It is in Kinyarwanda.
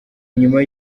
nyuma